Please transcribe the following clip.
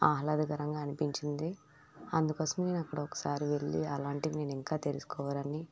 ఆహ్లాదకరంగా అనిపించింది అందుకోసమే నేను అక్కడ ఒకసారి వెళ్ళి అలాంటివి నేను ఇంకా తెలుసుకోవాలని